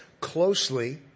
closely